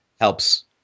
helps